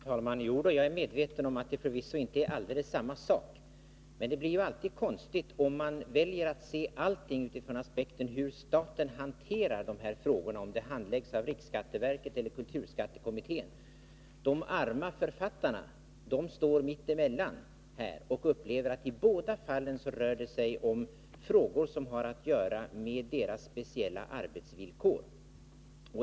Herr talman! Jo då, jag är medveten om att det förvisso inte är alldeles samma sak. Men det blir alltid konstigt om man väljer att se allting utifrån aspekten hur staten hanterar dessa frågor, om de handläggs av riksskatteverket eller kulturskattekommittén. De arma författarna står här mitt emellan, och de upplever att det i båda fallen rör sig om frågor som har att göra med deras speciella arbetsvillkor.